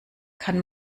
kann